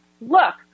look